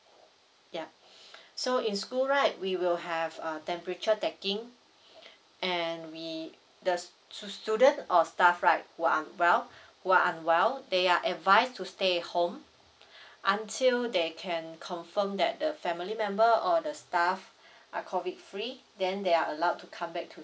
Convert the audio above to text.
ya so in school right we will have a temperature checking and we the stu~ student or staff right who are unwell who are unwell they are advised to stay home until they can confirm that the family member or the staff are COVID free then they are allowed to come back to